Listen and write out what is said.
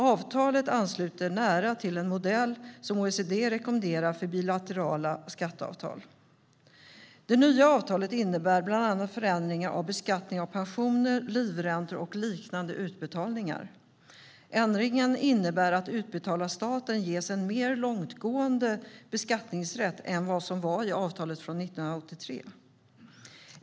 Avtalet ansluter nära till den modell som OECD rekommenderar för bilaterala skatteavtal. Det nya avtalet innebär bland annat förändringar av beskattning av pensioner, livräntor och liknande utbetalningar. Ändringen innebär att utbetalarstaten ges en mer långtgående beskattningsrätt än den som var i avtalet från 1983.